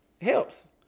Helps